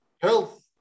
health